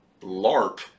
LARP